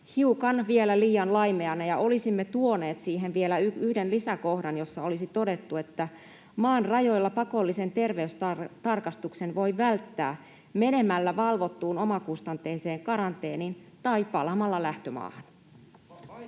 hiukan liian laimeana ja olisimme tuoneet siihen vielä yhden lisäkohdan, jossa olisi todettu, että maan rajoilla pakollisen terveystarkastuksen voi välttää menemällä valvottuun omakustanteiseen karanteeniin tai palaamalla lähtömaahan.